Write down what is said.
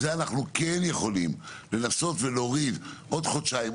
זה אנחנו כן יכולים לנסות ולהוריד עוד חודשיים,